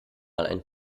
ein